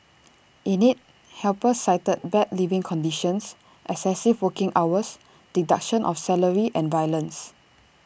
in IT helpers cited bad living conditions excessive working hours deduction of salary and violence